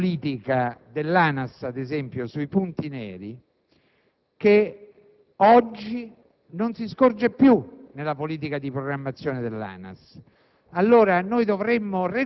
Dell'inadeguatezza delle infrastrutture abbiamo già parlato. Ricordo a me stesso, prima ancora che al Ministro e ai colleghi,